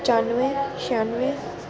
पचानुऐ छेयानुऐ